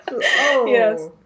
yes